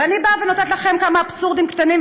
ואני נותנת לכם כמה אבסורדים קטנים,